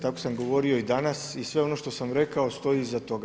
Tako sam govorio i danas i sve ono što sam rekao, stojim iza toga.